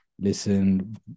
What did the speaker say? listen